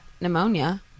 pneumonia